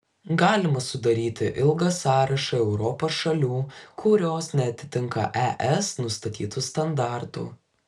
galima sudaryti ilgą sąrašą europos šalių kurios neatitinka es nustatytų standartų